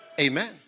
Amen